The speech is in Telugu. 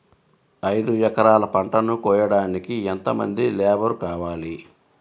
ఐదు ఎకరాల పంటను కోయడానికి యెంత మంది లేబరు కావాలి?